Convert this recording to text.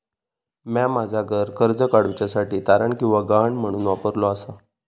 म्या माझा घर कर्ज काडुच्या साठी तारण किंवा गहाण म्हणून वापरलो आसा